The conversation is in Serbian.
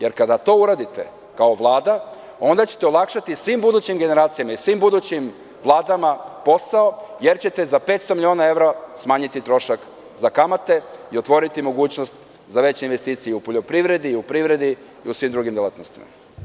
Jer, kada to uradite kao Vlada, onda ćete olakšati svim budućim generacijama i svim budućim vladama posao, jer ćete za 500 miliona evra smanjiti trošak za kamate i otvoriti mogućnost za veće investicije u poljoprivredi, u privredi i u svim drugim delatnostima.